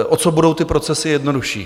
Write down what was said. O co budou ty procesy jednodušší?